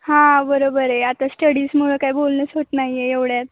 हां बरोबर आहे आता स्टडीजमुळं काय बोलणंच होत नाही आहे एवढ्यात